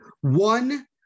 One